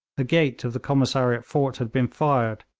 the gate of the commissariat fort had been fired,